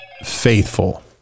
faithful